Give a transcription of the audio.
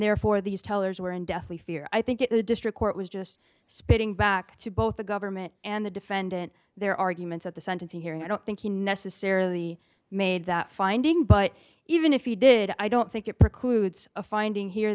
therefore these tellers were in deathly fear i think it was a district court was just spitting back to both the government and the defendant their arguments at the sentencing hearing i don't think he necessarily made that finding but even if he did i don't think it precludes a finding here